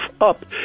up